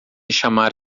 chamar